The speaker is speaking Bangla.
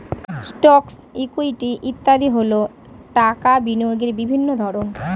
স্টকস, ইকুইটি ইত্যাদি হল টাকা বিনিয়োগের বিভিন্ন ধরন